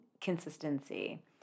consistency